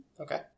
Okay